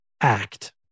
act